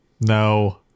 no